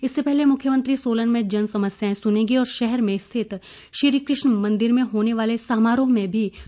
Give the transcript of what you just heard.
इससे पहले मुख्यमंत्री सोलन में जन समस्याएं सुनेंगे और शहर में रिथत श्रीकृष्ण मंदिर में होने वाले समारोह में भी शिरकत करेंगे